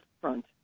front